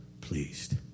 pleased